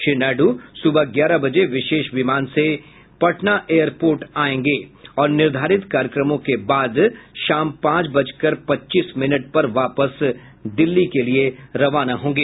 श्री नायडू सुबह ग्यारह बजे विशेष विमान से पटना एयरपोर्ट आयेंगे और निर्धारित कार्यक्रमों के बादशाम पांच बजकर पच्चीस मिनट पर वापस दिल्ली के लिये रवाना होंगे